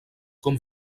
com